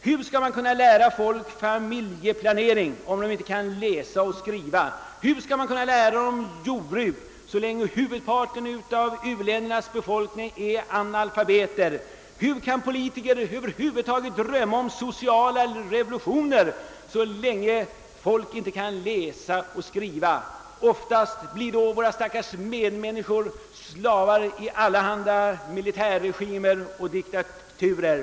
Hur skall man kunna lära ut familjeplanering till människor som inte kan läsa och skriva? Hur skall man kunna lära ut jordbruk så länge huvudparten av u-ländernas befolkning är analfabeter? Hur kan politiker över huvud taget drömma om sociala revolutioner, så länge människor inte kan läsa och skriva? Oftast blir då våra stackars medmänniskor slavar i allehanda militärregimer och diktaturer.